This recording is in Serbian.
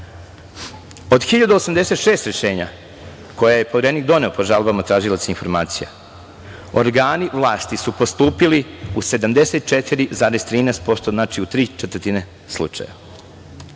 Od 1.086 rešenja koje je Poverenik doneo po žalbama tražilaca informacija, organi vlasti su postupili u 74,13%, znači, u tri četvrtine